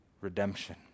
Redemption